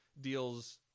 deals